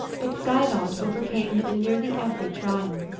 but geirrod overcame him in nearly every trial.